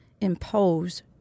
impose